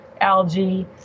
algae